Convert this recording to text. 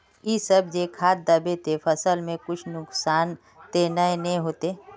इ सब जे खाद दबे ते फसल में कुछ नुकसान ते नय ने होते